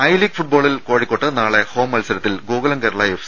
I league ഫുട്ബാളിൽ കോഴിക്കോട്ട് നാളെ ഹോം മത്സരത്തിൽ ഗോകുലം കേരള എഫ്